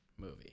Movie